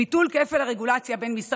ביטול כפל הרגולציה של יבוא בשר ועוף בין משרד